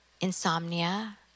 insomnia